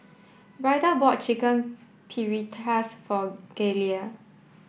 Ryder bought Chicken Paprikas for Galilea